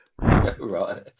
Right